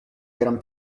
gran